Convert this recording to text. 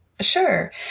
Sure